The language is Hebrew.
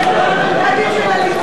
אתם יושבים על המנדטים של הליכוד.